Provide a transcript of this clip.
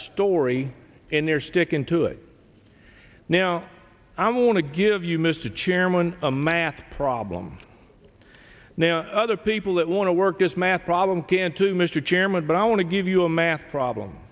story and they're sticking to it now i want to give you mr chairman a math problem now other people that want to work this math problem can too mr chairman but i want to give you a math problem